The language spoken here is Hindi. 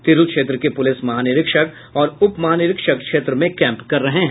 तिरहुत क्षेत्र के पुलिस महानिरीक्षक और उप महानिरीक्षक क्षेत्र में कैंप कर रहे हैं